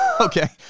Okay